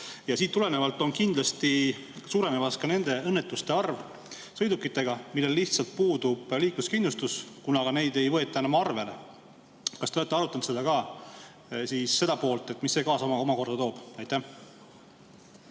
Sellest tulenevalt on kindlasti suurenemas ka õnnetuste arv sõidukitega, millel lihtsalt puudub liikluskindlustus, kuna neid ei võeta enam arvele. Kas te olete arutanud ka seda poolt, mis see omakorda kaasa toob? Aitäh,